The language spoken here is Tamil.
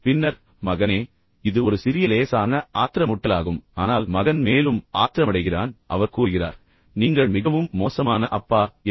பின்னர் மகனே இது ஒரு சிறிய லேசான ஆத்திரமூட்டலாகும் ஆனால் மகன் மேலும் ஆத்திரமடைகிறான் அவர் கூறுகிறார் நீங்கள் மிகவும் மோசமான அப்பா என்று